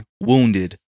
wounded